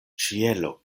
ĉielo